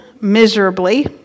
miserably